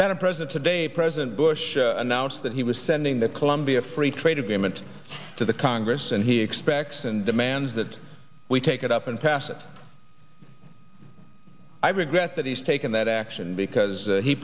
better president today president bush announced that he was sending the colombia free trade agreement to the congress and he expects and demands that we take it up and pass it i regret that he's taken that action because